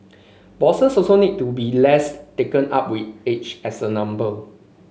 bosses also need to be less taken up with age as a number